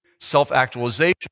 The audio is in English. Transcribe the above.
self-actualization